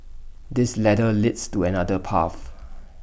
this ladder leads to another path